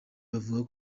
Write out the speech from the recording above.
bavuga